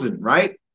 right